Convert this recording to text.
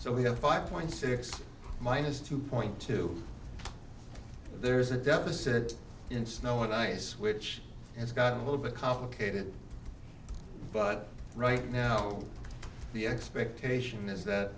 so we have five point six minus two point two there's a deficit in snow and ice which has gotten a little bit complicated but right now the expectation is that